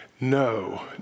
no